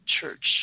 Church